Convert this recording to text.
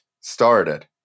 started